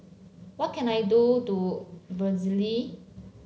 what can I do do Belize